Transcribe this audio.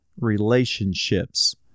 relationships